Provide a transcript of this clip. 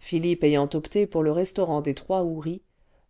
philippe ajrant opté pour le restaurant des trois houris